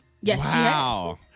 Yes